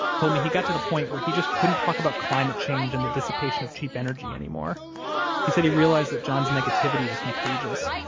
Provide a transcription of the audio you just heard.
told me he got to the point where he just couldn't talk about climate change and the dissipation of cheap energy anymore he said he realized that john's negativity was contagious,